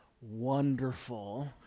wonderful